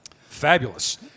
Fabulous